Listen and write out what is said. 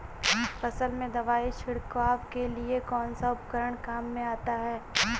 फसल में दवाई छिड़काव के लिए कौनसा उपकरण काम में आता है?